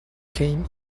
came